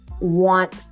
want